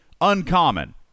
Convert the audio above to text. uncommon